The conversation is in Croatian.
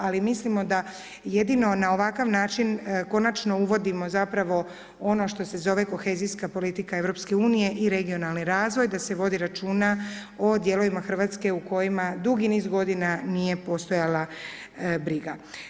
Ali mislimo da jedino na ovakav način konačno uvodimo zapravo no što se zove kohezijska politika Europske unije i regionalni razvoj, da se vodi računa o dijelovima Hrvatske u kojima dugi niz godina nije postojala briga.